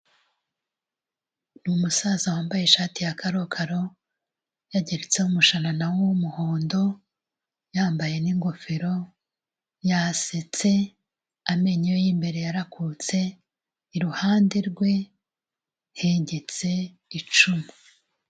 Ni umusaza wambaye ishati ya karokaro, yageretseho umushanana w'umuhondo, yambaye n'igofero, yasetse amenyo ye y'imbere yarakutse, iruhande rwe hengetse, icumu.